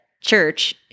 church